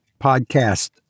podcast